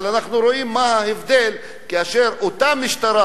אבל אנחנו רואים מה ההבדל כאשר אותה משטרה,